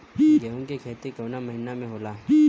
गेहूँ के खेती कवना महीना में होला?